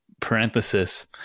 parenthesis